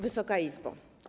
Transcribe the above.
Wysoka Izbo!